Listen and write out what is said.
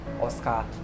oscar